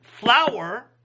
flour